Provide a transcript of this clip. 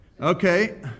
Okay